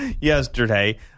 yesterday